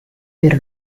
per